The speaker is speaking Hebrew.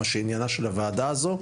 מה שעניינה של הוועדה הזו,